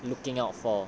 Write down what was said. looking out for